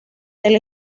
del